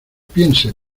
piense